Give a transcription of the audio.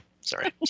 sorry